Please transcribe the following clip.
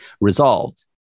resolved